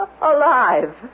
alive